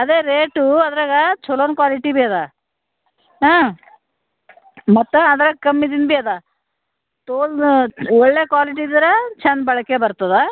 ಅದೇ ರೇಟೂ ಅದ್ರಾಗೆ ಛಲೋನ ಕ್ವಾಲಿಟಿ ಬಿ ಅದೆ ಹಾಂ ಮತ್ತೆ ಅದ್ರಾಗೆ ಕಮ್ಮಿ ದಿಂಬಿ ಅದೆ ಟೋಲ್ ಒಳ್ಳೆ ಕ್ವಾಲಿಟಿ ಇದ್ದರ ಚಂದ ಬಳಕೆ ಬರ್ತದೆ